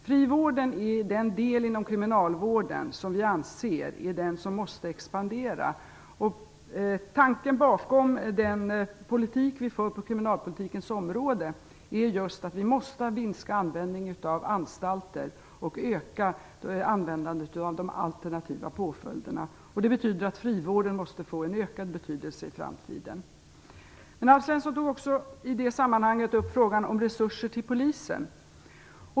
Frivården är den del inom kriminalvården som vi anser är den som måste expandera. Tanken bakom den politik som vi för på kriminalpolitikens område är att vi måste minska användningen av anstalter och öka användandet av de alternativa påföljderna. Det betyder att frivården måste få en ökad betydelse i framtiden. Alf Svensson tog i det sammanhanget också upp frågan om resurser till polisen.